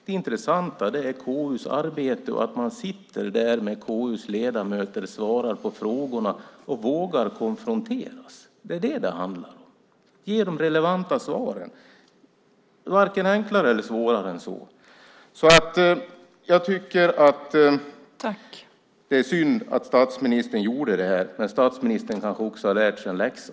Det intressanta är KU:s arbete och att man sitter där med KU:s ledamöter, svarar på frågorna och vågar konfronteras. Det är detta det handlar om. Man ska ge de relevanta svaren. Det är varken enklare eller svårare än så. Jag tycker att det är synd att statsministern gjorde det här. Men statsministern kanske också har lärt sig en läxa.